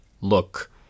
Look